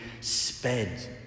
sped